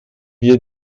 wir